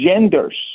genders